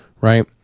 right